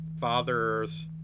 father's